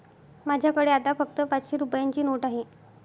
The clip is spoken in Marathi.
माझ्याकडे आता फक्त पाचशे रुपयांची नोट आहे